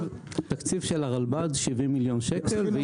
התקציב של הרלב"ד הוא 70 מיליון שקל.